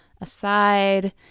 aside